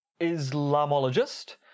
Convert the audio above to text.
Islamologist